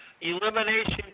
Elimination